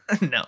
No